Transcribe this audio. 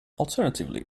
alternatively